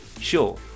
Sure